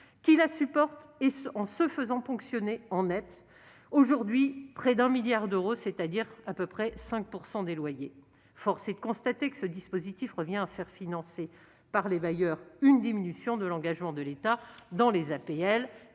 qui la supportent, en se faisant ponctionner en net : cela représente aujourd'hui près d'un milliard d'euros, soit en moyenne 5 % des loyers. Force est de constater que ce dispositif revient à faire financer par les bailleurs sociaux une diminution de l'engagement de l'État dans les APL.